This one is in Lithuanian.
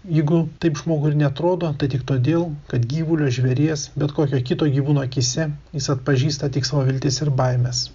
jeigu taip žmogui ir neatrodo tai tik todėl kad gyvulio žvėries bet kokio kito gyvūno akyse jis atpažįsta tik savo viltis ir baimes